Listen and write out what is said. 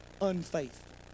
unfaithful